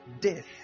death